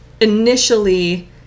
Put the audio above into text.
initially